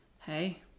Hey